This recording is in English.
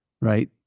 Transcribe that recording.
right